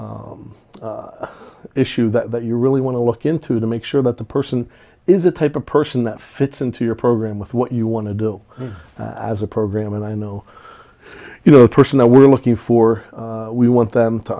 issue that you really want to look into to make sure that the person is a type a person that fits into your program with what you want to do as a program and i know you know a person that we're looking for we want them to